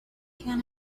can